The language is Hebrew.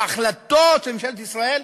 או ההחלטות של ממשלת ישראל,